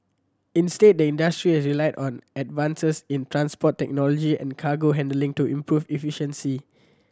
instead the industry has relied on advances in transport technology and cargo handling to improve efficiency